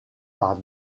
par